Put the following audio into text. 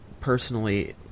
personally